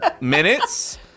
minutes